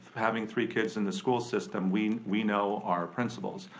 having three kids in the school system, we we know our principals.